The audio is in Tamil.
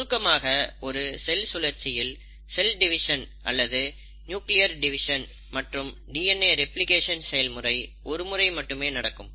சுருக்கமாக ஒரு செல் சுழற்சியில் செல் டிவிஷன் அல்லது நியூக்ளியர் டிவிஷன் மற்றும் டிஎன்ஏ ரெப்ளிகேஷன் செயல்முறை ஒரு முறை மட்டுமே நடக்கும்